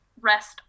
rest